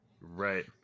right